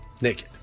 Naked